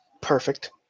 Perfect